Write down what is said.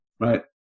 Right